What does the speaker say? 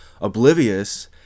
oblivious